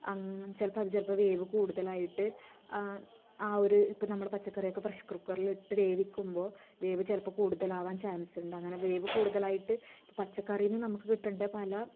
അങ്ങ് ചിലപ്പം അത് ചിലപ്പം വേവ് കൂടുതലായിട്ട് ആ ഒര് ഇപ്പം നമ്മളെ പച്ചക്കറി ഒക്കെ പ്രഷർ കുക്കറിലിട്ട് വേവിക്കുമ്പോൾ വേവ് ചിലപ്പോൾ കൂടുതലാവാൻ ചാൻസുണ്ട് അങ്ങനെ വേവ് കൂടുതലായിട്ട് പച്ചക്കറിയിൽ നിന്ന് നമ്മൾക്ക് കിട്ടേണ്ട പല